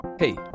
Hey